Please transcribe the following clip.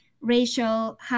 Racial